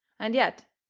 and yet,